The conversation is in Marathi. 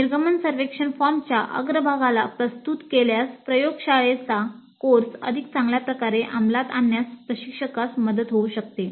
निर्गमन सर्वेक्षण फॉर्मच्या अग्रभागाला प्रस्तुत केल्यास प्रयोगशाळेचा कोर्स अधिक चांगल्या प्रकारे अंमलात आणण्यास प्रशिक्षकास मदत होऊ शकते